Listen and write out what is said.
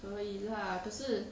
可是 lah 可是